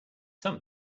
some